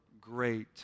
great